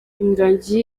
ingagi